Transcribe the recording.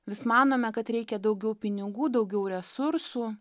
vis manome kad reikia daugiau pinigų daugiau resursų